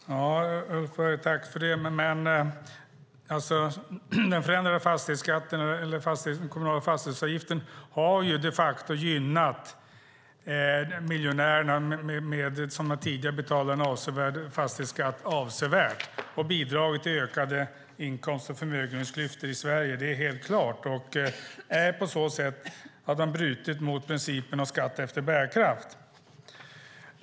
Fru talman! Jag tackar Ulf Berg för det. Men den förändrade fastighetsskatten - den kommunala fastighetsavgiften - har de facto avsevärt gynnat miljonärerna, som tidigare betalade hög fastighetsskatt, och bidragit till ökade inkomst och förmögenhetsklyftor i Sverige. Det är helt klart. På så sätt har man brutit mot principen om skatt efter bärkraft.